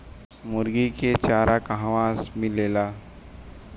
मुर्गी के चारा कहवा मिलेला?